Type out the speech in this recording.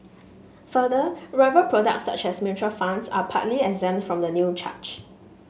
further rival products such as mutual funds are partly exempt from the new charge